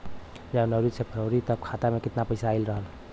जनवरी से फरवरी तक खाता में कितना पईसा रहल?